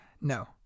No